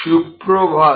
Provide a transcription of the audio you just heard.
সুপ্রভাত